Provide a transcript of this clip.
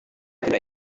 tidak